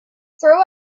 throw